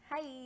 hi